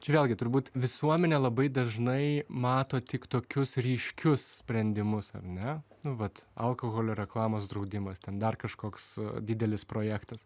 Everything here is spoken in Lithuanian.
čia vėlgi turbūt visuomenė labai dažnai mato tik tokius ryškius sprendimus ar ne nu vat alkoholio reklamos draudimas ten dar kažkoks didelis projektas